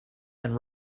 and